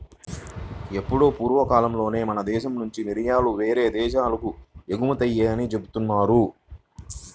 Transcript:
ఎప్పుడో పూర్వకాలంలోనే మన దేశం నుంచి మిరియాలు యేరే దేశాలకు ఎగుమతయ్యాయని జెబుతున్నారు